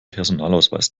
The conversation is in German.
personalausweis